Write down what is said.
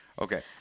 Okay